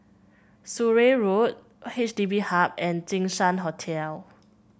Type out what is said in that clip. Surrey Road H D B Hub and Jinshan Hotel